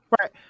Right